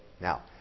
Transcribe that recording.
Now